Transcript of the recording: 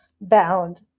bound